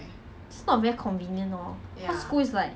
I wanna go back school